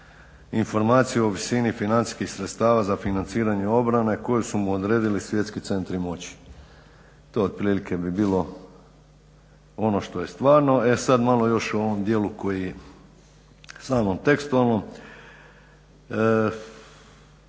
informaciju o visini financijskih sredstava za financiranje obrane koji su mu odredili svjetski centri moći. To otprilike bi bilo ono što je stvarno. E sad malo još o ovom djelu koji samom tekstualnom.